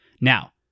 Now